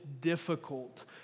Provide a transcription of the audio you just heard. difficult